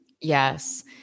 Yes